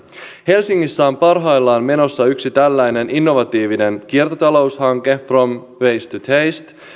helsingissä on parhaillaan menossa yksi tällainen innovatiivinen kiertotaloushanke from waste to taste